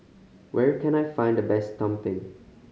where can I find the best tumpeng